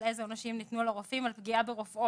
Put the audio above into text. על איזה עונשים ניתנו לרופאים על פגיעה ברופאות.